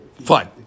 Fine